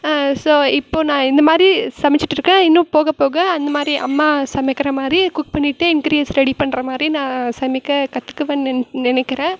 so இப்போது நான் இந்த மாதிரி சமைச்சுட்டு இருக்கேன் இன்னும் போகப் போக அந்த மாதிரி அம்மா சமைக்கிற மாதிரி குக் பண்ணிகிட்டே இன்கிரியன்ஸ் ரெடி பண்ணுற மாதிரி நான் சமைக்க கற்றுக்குவேன்னு நென் நினைக்கிறேன்